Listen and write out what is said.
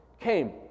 came